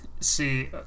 See